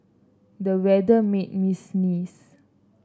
the weather made me sneeze